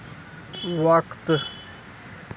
وقت